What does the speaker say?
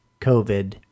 COVID